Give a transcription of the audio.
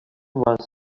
was